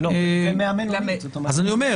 שזה כמה